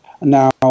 now